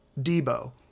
Debo